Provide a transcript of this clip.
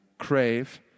crave